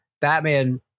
Batman